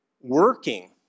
working